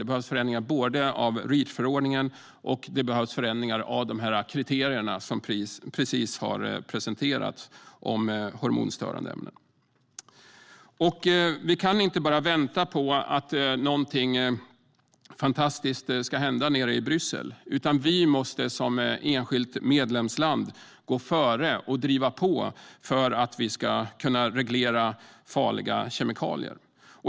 Det behövs förändringar både i Reachförordningen och av de kriterier som nyligen har presenterats om hormonstörande ämnen. Vi kan inte bara vänta på att någonting fantastiskt ska hända nere i Bryssel, utan vi som enskilt medlemsland måste gå före och driva på för att vi ska kunna reglera farliga kemikalier.